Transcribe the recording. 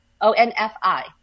O-N-F-I